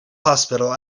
hospital